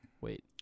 Wait